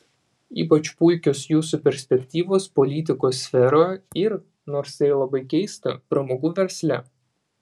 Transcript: ypač puikios jūsų perspektyvos politikos sferoje ir nors tai labai keista pramogų versle